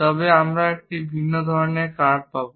তবে আমরা একটি ভিন্ন ধরনের কার্ভ পাব